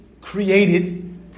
created